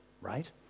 right